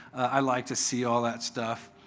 i like to see all that stuff.